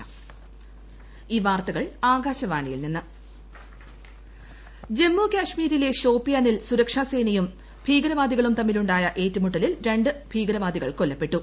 ജമ്മുകാശ്മീർ ജമ്മുകാശ്മീരിലെ ഷോപ്പിയാനിൽ സുരക്ഷസേനയും ഭീകരവാദികളും തമ്മിലുണ്ടായ ഏറ്റുമുട്ടലിൽ രണ്ടു തീവ്രവാദികൾ കൊല്ലപ്പെട്ടു